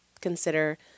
consider